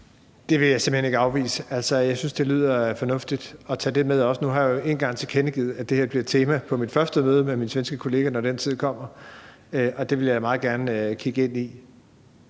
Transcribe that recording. Det vil jeg simpelt hen ikke afvise. Altså, jeg synes, det lyder fornuftigt også at tage det med. Nu har jeg jo en gang tilkendegivet, at det her bliver et tema på mit første møde med min svenske kollega, når den tid kommer, og det vil jeg meget gerne kigge ind i.